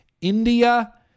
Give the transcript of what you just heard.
India